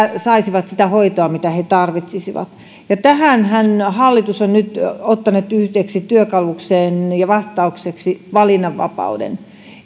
saisivat sitä hoitoa mitä he tarvitsisivat tähänhän hallitus on nyt ottanut yhdeksi työkalukseen ja vastaukseksi valinnanvapauden